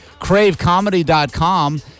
cravecomedy.com